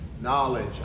knowledge